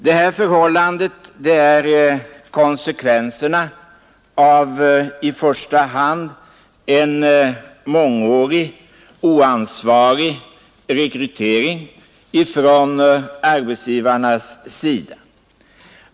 Detta förhållande är konsekvensen av i första hand en mångårig oansvarig rekrytering från arbetsgivarnas sida.